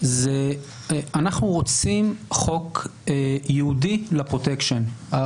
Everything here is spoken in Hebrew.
אנחנו רוצים חוק ייעודי לפרוטקשן.